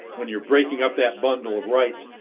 when you're breaking up that bundle of rights,